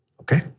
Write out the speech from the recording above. Okay